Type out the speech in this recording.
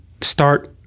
start